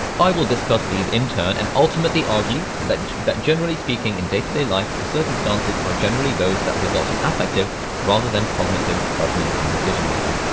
i will discuss these in turn and ultimately argue that that generally speaking in day-to-day life, the circumstances are generally those that result an effective rather than cognitive and decision-making.